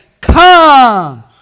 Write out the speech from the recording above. Come